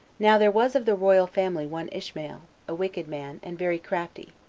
now there was of the royal family one ishmael, a wicked man, and very crafty,